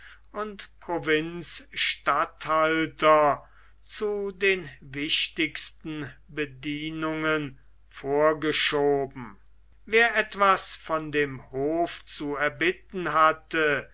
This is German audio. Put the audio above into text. und provinzstatthalter zu den wichtigsten bedienungen vorgeschoben wer etwas von dem hof zu erbitten hatte